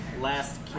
last